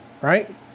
right